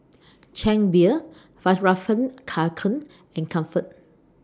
Chang Beer Fjallraven Kanken and Comfort